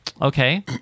okay